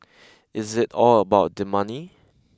is it all about the money